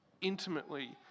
intimately